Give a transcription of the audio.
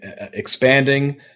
expanding